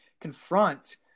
confront